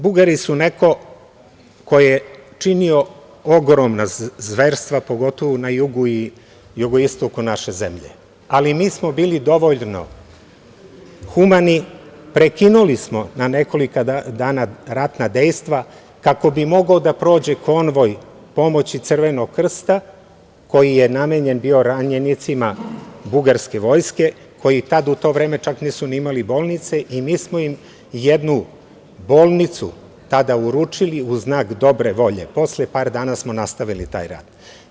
Bugari su neko ko je činio ogromna zverstva, pogotovu na jugu i jugoistoku naše zemlje, ali mi smo bili dovoljno humani, prekinuli smo na nekoliko dana ratna dejstva kako bi mogao da prođe konvoj pomoći Crvenog krsta koji je namenjen bio ranjenicima bugarske vojske, koji tad u to vreme čak nisu ni imali bolnice i mi smo im jednu bolnicu tada uručili u znak dobre volje, posle par dana smo nastavili taj rat.